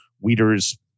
Weeders